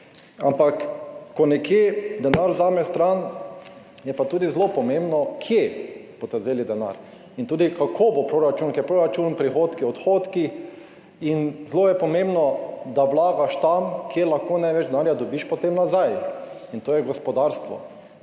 Ampak ko nekje denar vzameš stran, je pa tudi zelo pomembno, kje boste vzeli denar in tudi kako bo proračun, ker proračun so prihodki, odhodki, in zelo je pomembno, da vlagaš tam, kjer lahko največ denarja dobiš potem nazaj, in to je gospodarstvo.